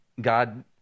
God